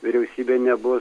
vyriausybė nebus